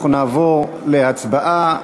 אנחנו נעבור להצבעה.